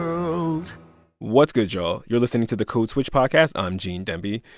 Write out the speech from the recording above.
um and what's good, y'all? you're listening to the code switch podcast. i'm gene demby.